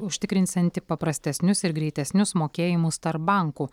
užtikrinsianti paprastesnius ir greitesnius mokėjimus tarp bankų